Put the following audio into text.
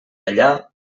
allà